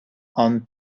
and